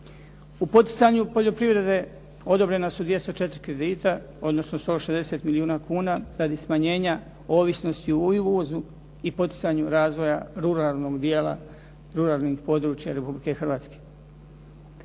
U poticanju poljoprivrede odobrena su 204 kredita, odnosno 160 milijuna kuna radi smanjenja ovisnosti o uvozu i poticanju razvoja ruralnog dijela, ruralnog područja Republike Hrvatske.